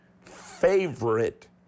favorite